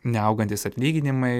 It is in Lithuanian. neaugantys atlyginimai